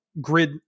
grid